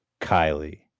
Kylie